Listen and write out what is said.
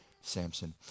Samson